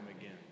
again